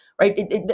Right